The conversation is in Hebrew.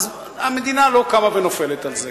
אז המדינה לא קמה ונופלת על זה.